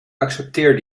accepteer